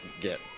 get